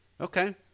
Okay